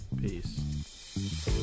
Peace